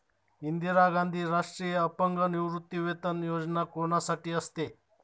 इंदिरा गांधी राष्ट्रीय अपंग निवृत्तीवेतन योजना कोणासाठी असते?